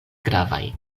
gravaj